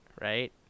right